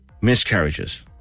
miscarriages